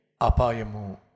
Apayamu